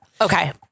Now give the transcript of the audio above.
Okay